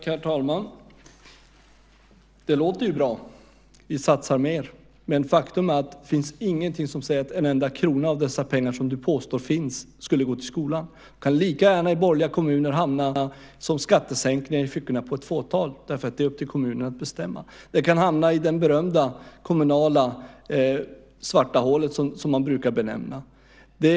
Herr talman! Det låter ju bra att ni satsar mer. Men faktum är att det inte finns någonting som säger att en enda krona av dessa pengar som du påstår finns skulle gå till skolan. De kan lika gärna i borgerliga kommuner hamna som skattesänkningar i fickorna på ett fåtal, därför att det är upp till kommunerna att bestämma. De kan hamna i det berömda kommunala svarta hålet, som man brukar benämna det.